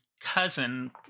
cousin